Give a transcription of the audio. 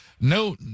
no